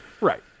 Right